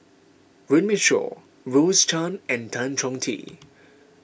Runme Shaw Rose Chan and Tan Chong Tee